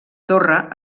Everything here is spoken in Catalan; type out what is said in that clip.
torre